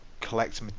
collect